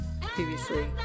previously